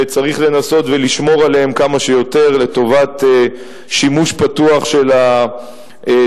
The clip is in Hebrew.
וצריך לנסות ולשמור עליהם כמה שיותר לטובת שימוש פתוח של הציבור.